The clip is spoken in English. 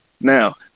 Now